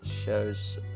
shows